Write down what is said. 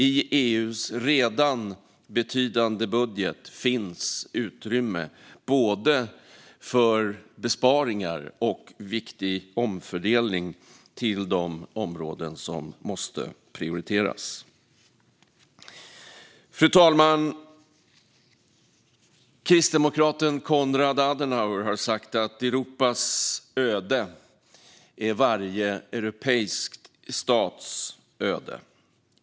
I EU:s redan betydande budget finns utrymme både för besparingar och för viktig omfördelning till de områden som måste prioriteras. Kristdemokraten Konrad Adenauer har sagt att Europas öde är varje europeisk stats öde.